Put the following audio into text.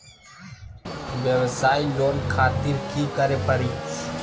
वयवसाय लोन खातिर की करे परी?